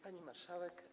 Pani Marszałek!